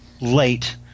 late